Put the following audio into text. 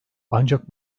ancak